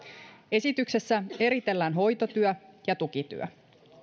esityksessä eritellään hoitotyö ja tukityö